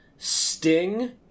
sting